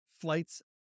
flights